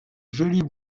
jolies